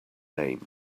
name